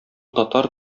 татар